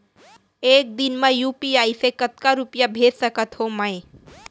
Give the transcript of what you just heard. एक दिन म यू.पी.आई से कतना रुपिया भेज सकत हो मैं?